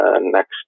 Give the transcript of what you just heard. next